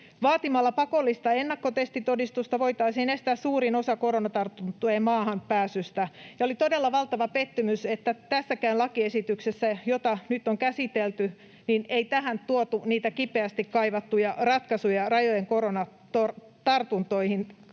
Vaatimalla pakollista ennakkotestitodistusta voitaisiin estää suurin osa koronatartuntojen maahanpääsystä, ja oli todella valtava pettymys, että tähänkään lakiesitykseen, jota nyt on käsitelty, ei tuotu niitä kipeästi kaivattuja ratkaisuja rajojen koronatorjuntaan,